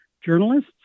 journalists